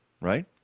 Right